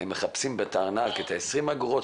מחפשים בארנק את ה-20 אגורות,